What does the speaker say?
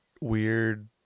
weird